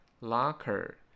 Locker